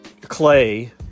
Clay